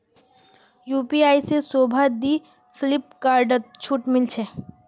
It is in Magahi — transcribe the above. यू.पी.आई से शोभा दी फिलिपकार्टत छूट मिले छे